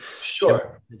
sure